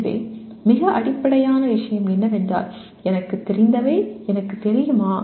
எனவே மிக அடிப்படையான விஷயம் என்னவென்றால் எனக்குத் தெரிந்தவை எனக்குத் தெரியுமா